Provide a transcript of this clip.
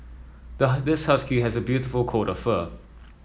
this husky has a beautiful coat of fur